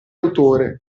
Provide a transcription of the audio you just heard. autore